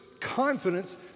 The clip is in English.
confidence